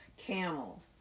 camel